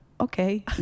okay